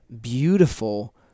beautiful